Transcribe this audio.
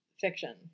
fiction